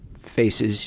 faces